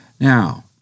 Now